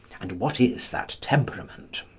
and what is that temperament?